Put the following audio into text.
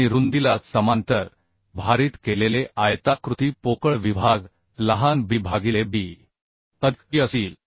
आणि रुंदीला समांतर भारित केलेले आयताकृती पोकळ विभाग लहान b भागिले b अधिक d असतील